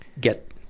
get